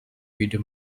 video